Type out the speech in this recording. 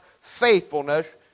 faithfulness